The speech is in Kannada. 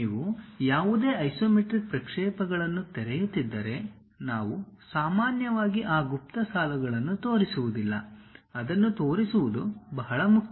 ನೀವು ಯಾವುದೇ ಐಸೊಮೆಟ್ರಿಕ್ ಪ್ರಕ್ಷೇಪಗಳನ್ನು ತೆರೆಯುತ್ತಿದ್ದರೆ ನಾವು ಸಾಮಾನ್ಯವಾಗಿ ಆ ಗುಪ್ತ ಸಾಲುಗಳನ್ನು ತೋರಿಸುವುದಿಲ್ಲ ಅದನ್ನು ತೋರಿಸುವುದು ಬಹಳ ಮುಖ್ಯ